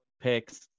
picks